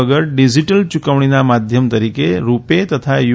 વગર ડિજીટલ યૂકવણીના માધ્યમ તરીકે રુપે તથા યુ